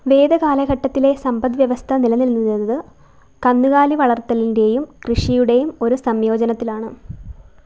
വേദകാലഘട്ടത്തിലെ സമ്പദ്വ്യവസ്ഥ നിലനിന്നിരുന്നത് കന്നുകാലിവളർത്തലിന്റെയും കൃഷിയുടെയും ഒരു സംയോജനത്തിലാണ്